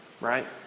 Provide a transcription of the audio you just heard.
Right